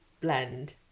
blend